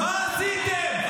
מה עשיתם?